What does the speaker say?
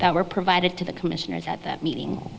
that were provided to the commissioners at that meeting